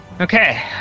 Okay